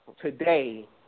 today